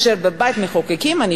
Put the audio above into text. אשר בבית-המחוקקים שלה,